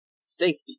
safety